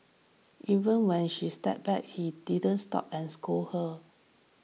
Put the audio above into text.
even when she stepped back he didn't stop and scold her